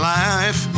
life